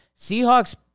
Seahawks